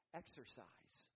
exercise